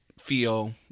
feel